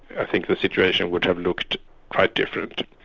i think the situation would have looked quite different.